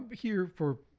but here for,